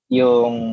yung